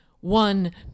one